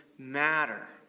matter